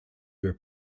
your